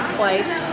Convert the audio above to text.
place